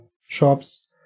shops